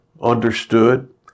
understood